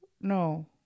no